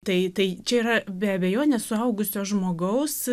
tai tai čia yra be abejonės suaugusio žmogaus